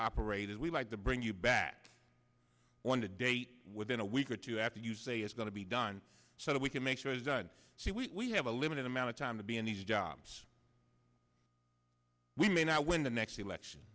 operate is we like to bring you back on a date within a week or two after you say it's going to be done so that we can make sure is done so we have a limited amount of time to be in these jobs we may not win the next election